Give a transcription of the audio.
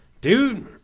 dude